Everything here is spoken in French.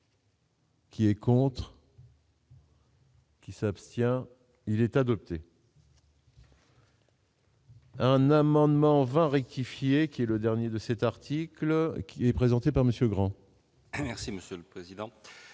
Qui est contre. Qui s'abstient, il est adopté. Un amendement 20 rectifier, qui est le dernier de cet article qui est présenté par Monsieur Grand. Merci Monsieur le Président,